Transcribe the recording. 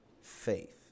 faith